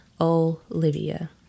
Olivia